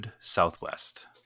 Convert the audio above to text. southwest